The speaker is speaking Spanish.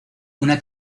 una